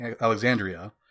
Alexandria